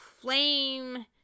flame